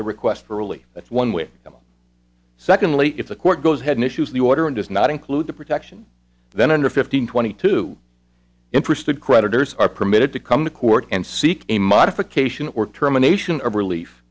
the request fairly that's one way secondly if the court goes ahead an issues the order and does not include the protection then under fifteen twenty two interested creditors are permitted to come to court and seek a modification or terminations of relief